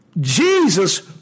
Jesus